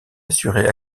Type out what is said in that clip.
assurée